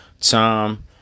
time